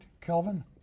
Kelvin